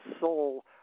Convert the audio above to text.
soul